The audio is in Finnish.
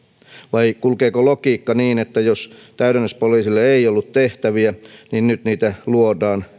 vai kulkeeko logiikka niin että jos täydennyspoliisille ei ollut tehtäviä niin nyt niitä luodaan